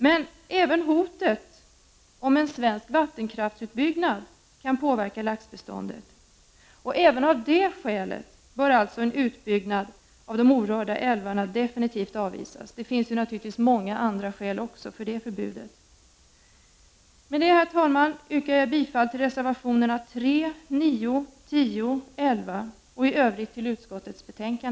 Men även hotet om en svensk vattenkraftsutbyggnad kan påverka laxbeståndet. Även av det skälet bör alltså en utbyggnad av de orörda älvarna definitivt avvisas. Det finns naturligtvis även många andra skäl till det förbudet. Med det anförda, herr talman, yrkar jag bifall till reservationerna 3, 9, 10, 11 och i övrigt till utskottets hemställan.